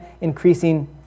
increasing